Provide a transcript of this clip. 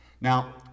Now